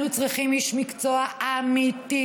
אנחנו צריכים איש מקצוע אמיתי,